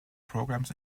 programs